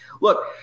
Look—